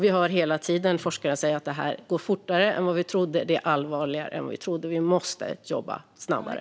Vi hör hela tiden forskare säga att detta går fortare än vi trodde och att det är allvarligare än vi trodde. Vi måste jobba snabbare.